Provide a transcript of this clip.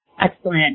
Excellent